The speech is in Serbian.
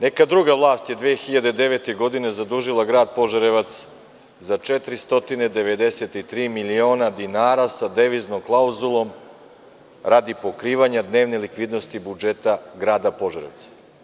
Neka druga vlast je 2009. godine zadužila Grad Požarevac za 493 miliona dinara sa deviznom klauzulom radi pokrivanja dnevne likvidnosti budžeta Grada Požarevca.